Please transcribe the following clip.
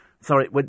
Sorry